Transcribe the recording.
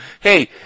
Hey